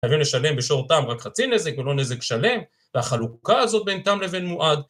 תביאו לשלם בשורתם רק חצי נזק ולא נזק שלם, והחלוקה הזאת בין תם לבין מועד.